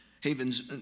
Havens